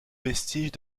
vestiges